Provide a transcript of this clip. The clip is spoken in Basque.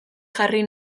jarri